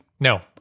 No